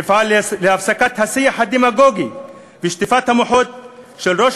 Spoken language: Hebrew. ואפעל להפסקת השיח הדמגוגי ושטיפת המוח של ראש